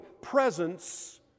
presence